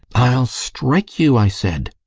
i'll strike you, i said.